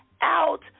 out